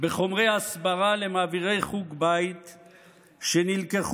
בחומרי הסברה למעבירי חוג בית שנלקחו